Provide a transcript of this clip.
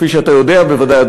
כפי שאתה יודע בוודאי,